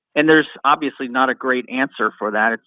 and there's obviously not a great answer for that.